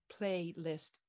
playlist